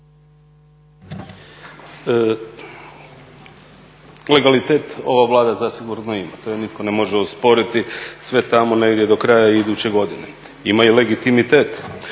Legalitet ova Vlada zasigurno ima, to joj nitko ne može osporiti, sve tamo negdje do kraja iduće godine. Ima i legitimitet,